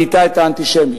ואתה את האנטישמיות.